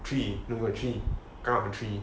three no no three 刚好 three